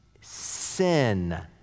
Sin